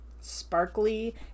sparkly